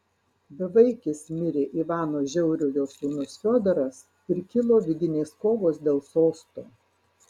bevaikis mirė ivano žiauriojo sūnus fiodoras ir kilo vidinės kovos dėl sosto